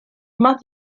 más